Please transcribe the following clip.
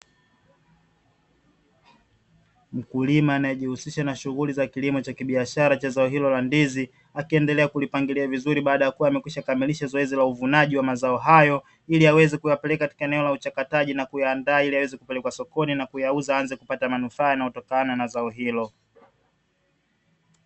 Mkulima anaye jihusisha na shuhuli za kilimo cha biashara cha zao hilo la ndizi, akiendelea kulipangilia vizuri baada ya kuwa amekwisha kamilisha zoezi la uvunaji wa mazao hayo, ili aweze kuyapeleka katika eneo la uchakataji na kuyaandaa ili yaweze kupelekwa sokoni na kuyauza aanze kupata manufaa yanayo tokana na zao hilo.